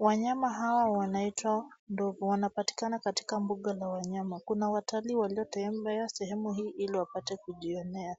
Wanyama hawa wanaitwa ndovu. Wanapatikana katika mbuga la wanyama. Kuna watalii walootembea sehemu hii ili wapate kujionea.